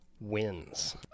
Wins